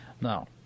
Now